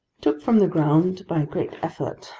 took from the ground, by a great effort,